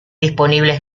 disponibles